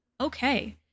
Okay